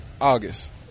August